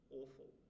awful